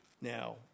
Now